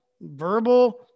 verbal